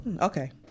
Okay